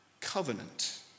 covenant